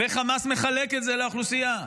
וחמאס מחלק את זה לאוכלוסייה,